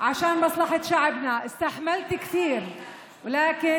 ואכן היית עיקש והלכת עד הסוף, לטובת עמנו.